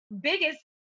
biggest